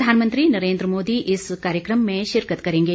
प्रधानमंत्री नरेंद्र मोदी इस कार्यक्रम में शिरकत करेंगे